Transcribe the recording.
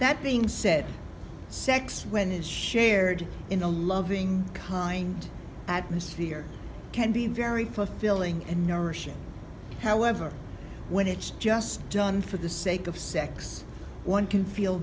that being said sex when is shared in a loving kind atmosphere can be very fulfilling and nourishing however when it's just done for the sake of sex one can feel